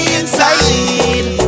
inside